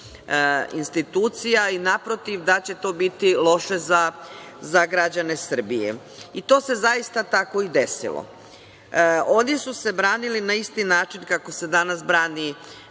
institucija i naprotiv, da će to biti loše za građane Srbije. I to se zaista tako i desilo. Oni su se branili na isti način kako se danas brani